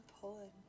pulling